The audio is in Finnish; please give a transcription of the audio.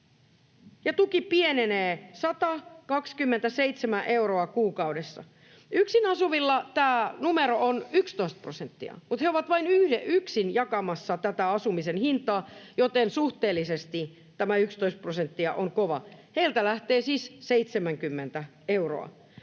ja tuki pienenee 127 euroa kuukaudessa. Yksin asuvilla tämä numero on 11 prosenttia, mutta he ovat vain yksin jakamassa tätä asumisen hintaa, joten suhteellisesti tämä 11 prosenttia on kova. Heiltä lähtee siis 70 euroa.